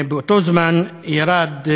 באותו זמן ירד,